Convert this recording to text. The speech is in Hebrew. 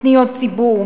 פניות ציבור,